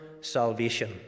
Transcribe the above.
salvation